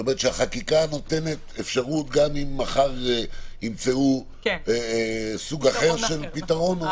החקיקה נותנת אפשרות גם אם מחר ימצאו סוג אחר של פתרון?